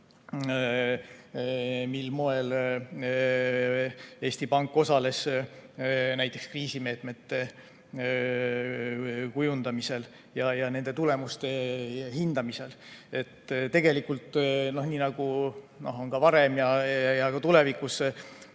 mil moel Eesti Pank osales näiteks kriisimeetmete kujundamisel ja nende tulemuste hindamisel. Tegelikult, nii nagu on varem olnud